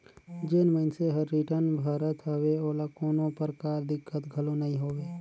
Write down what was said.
जेन मइनसे हर रिटर्न भरत हवे ओला कोनो परकार दिक्कत घलो नइ होवे